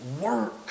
work